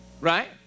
Right